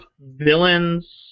villains